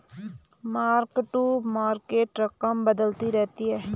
mark to market रकम बदलती रहती है